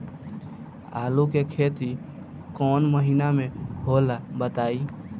आलू के खेती कौन महीना में होला बताई?